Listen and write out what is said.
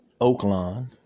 Oakland